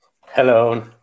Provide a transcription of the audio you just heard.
Hello